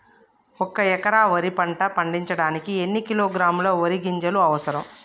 ఒక్క ఎకరా వరి పంట పండించడానికి ఎన్ని కిలోగ్రాముల వరి గింజలు అవసరం?